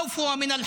הפחד הוא מהאמת